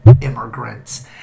immigrants